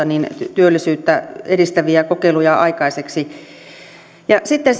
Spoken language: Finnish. työllisyyttä edistäviä kokeiluja aikaiseksi ja sitten